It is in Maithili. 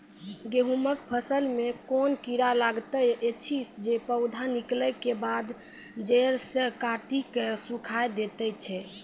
गेहूँमक फसल मे कून कीड़ा लागतै ऐछि जे पौधा निकलै केबाद जैर सऽ काटि कऽ सूखे दैति छै?